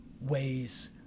ways